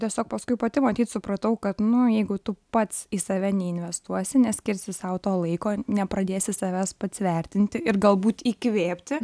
tiesiog paskui pati matyt supratau kad nu jeigu tu pats į save neinvestuosi neskirsi sau to laiko nepradėsi savęs pats vertinti ir galbūt įkvėpti